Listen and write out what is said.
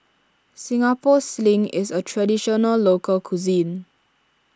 Singapore Sling is a Traditional Local Cuisine